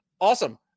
Awesome